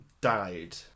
died